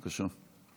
בבקשה.